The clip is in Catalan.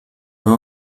veu